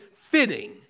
fitting